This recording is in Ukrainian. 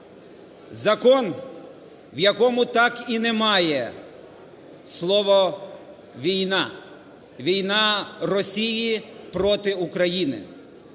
Закон, в якому так і немає слова "війна": війна Росії проти України.